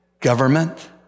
government